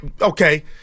okay